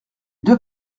deux